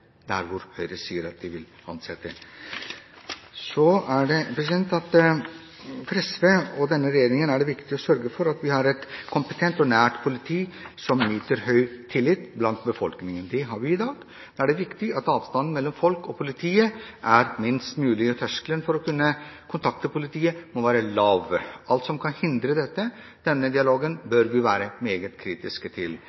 der hvor Høyre sier de vil ansette dem? For SV og denne regjeringen er det viktig å sørge for at vi har et kompetent og nært politi som nyter høy tillit i befolkningen. Det har vi i dag. Det er viktig at avstanden mellom folk og politiet er minst mulig, og terskelen for å kunne kontakte politiet må være lav. Alt som kan hindre denne dialogen,